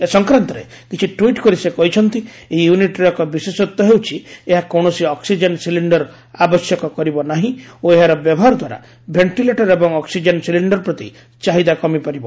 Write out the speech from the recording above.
ଏ ସଂକ୍ରାନ୍ତରେ କିଛି ଟ୍ୱିଟ୍ କରି ସେ କହିଛନ୍ତି ଏହି ୟୁନିଟ୍ର ଏକ ବିଶେଷତ୍ୱ ହେଉଛି ଏହା କୌଣସି ଅକ୍କିଜେନ୍ ସିଲିଣ୍ଡର ଆବଶ୍ୟକ କରିବ ନାହିଁ ଓଏହାର ବ୍ୟବହାର ଦ୍ୱାରା ଭେଷ୍ଟିଲେଟର ଏବଂ ଅକ୍କିଜେନ୍ ସିଲିିି୍ଡର ପ୍ରତି ଚାହିଦା କମିପାରିବ